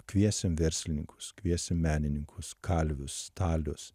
kviesim verslininkus kviesim menininkus kalvius stalius